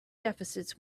deficits